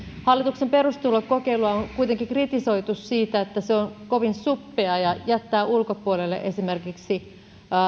hallituksen perustulokokeilua on kuitenkin kritisoitu siitä että se on kovin suppea ja jättää ulkopuolelle esimerkiksi